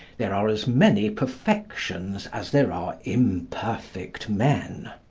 there are as many perfections as there are imperfect men.